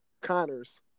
Connors